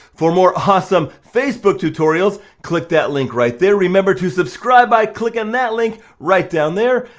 for more awesome facebook tutorials, click that link right there. remember to subscribe by clicking that link right down there.